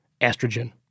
estrogen